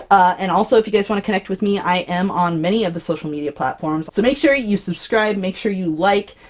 and also if you guys want to connect with me, i am on many of the social media platforms! so make sure you subscribe! make sure you like,